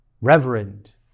reverend